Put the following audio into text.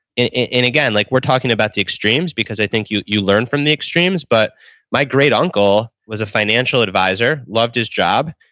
again, like we're talking about the extremes, because i think you you learn from the extremes. but my great uncle was financial advisor. loved his job.